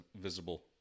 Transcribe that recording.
visible